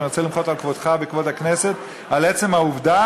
ואני רוצה למחות על כבודך וכבוד הכנסת על עצם העובדה